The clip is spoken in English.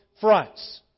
fronts